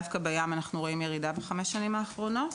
דווקא בים אנחנו רואים ירידה בחמש השנים האחרונות.